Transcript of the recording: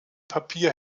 papier